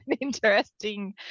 interesting